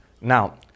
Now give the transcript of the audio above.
Now